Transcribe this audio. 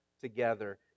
together